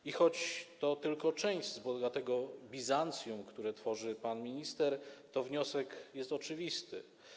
I choć to tylko część z bogatego Bizancjum, które tworzy pan minister, to wniosek jest oczywisty.